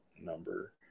Number